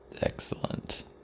excellent